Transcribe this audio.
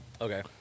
Okay